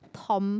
Tom